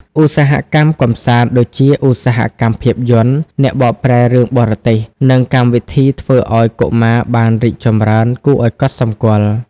ឧស្សាហកម្មកម្សាន្តដូចជាឧស្សាហកម្មភាពយន្ត ការបកប្រែរឿងបរទេស និងកម្មវិធីធ្វើឲ្យកុមារបានរីកចម្រើនគួរឲ្យកត់សម្គាល់។